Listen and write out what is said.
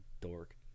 dork